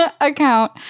account